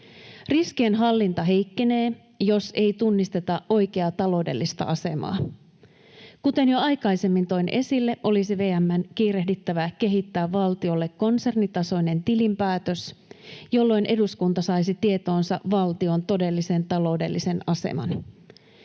Riskienhallinta heikkenee, jos ei tunnisteta oikeaa taloudellista asemaa. Kuten jo aikaisemmin toin esille, olisi VM:n kiirehdittävä ja kehitettävä valtiolle konsernitasoinen tilinpäätös, jolloin eduskunta saisi tietoonsa valtion todellisen taloudellisen aseman.